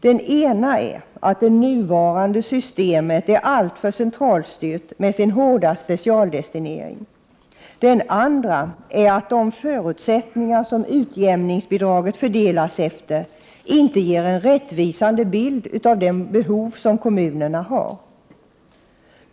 Den ena är att det nuvarande systemet är alltför centralstyrt med sin hårda specialdestinering, den andra är att de förutsättningar som utjämningsbidraget fördelas efter inte ger en rättvisande bild av de behov som kommunerna har.